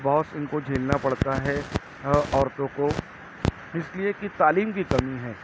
بہت ان کو جھیلنا پڑتا ہے عورتوں کو اس لئے کہ تعلیم کی کمی ہے